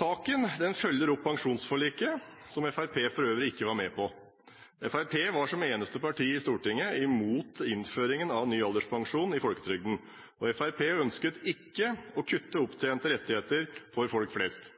Saken følger opp pensjonsforliket, som Fremskrittspartiet for øvrig ikke var med på. Fremskrittspartiet var som eneste parti i Stortinget imot innføringen av ny alderspensjon i folketrygden. Fremskrittspartiet ønsket ikke å kutte opptjente rettigheter for folk flest.